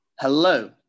Hello